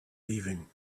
leaving